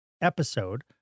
episode